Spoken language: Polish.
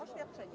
Oświadczenie?